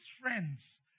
friends